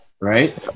right